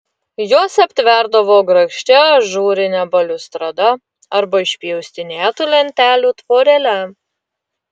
juos aptverdavo grakščia ažūrine baliustrada arba išpjaustinėtų lentelių tvorele